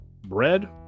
Bread